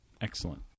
Excellent